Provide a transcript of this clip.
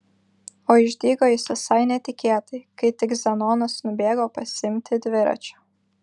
o išdygo jis visai netikėtai kai tik zenonas nubėgo pasiimti dviračio